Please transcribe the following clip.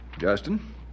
Justin